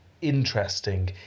interesting